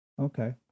okay